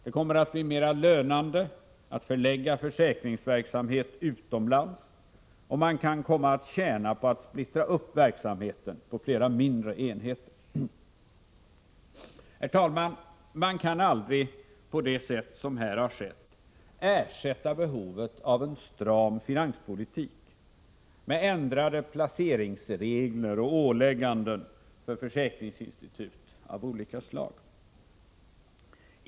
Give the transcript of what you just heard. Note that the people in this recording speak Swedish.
Det kommer att bli mera lönande att förlägga försäkringsverksamhet utomlands, och man kan komma att tjäna på att splittra verksamheten på flera mindre enheter. Herr talman! Man kan aldrig på det sätt som här har skett ersätta behovet av en stram finanspolitik med ändrade placeringsregler och ålägganden för försäkringsinstitut av olika slag.